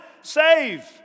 Save